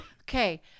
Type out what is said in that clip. Okay